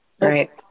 Right